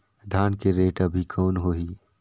धान के रेट अभी कौन होही?